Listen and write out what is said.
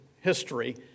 history